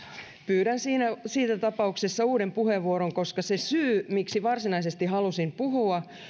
pyydän siinä tapauksessa uuden puheenvuoron koska se syy miksi varsinaisesti halusin puhua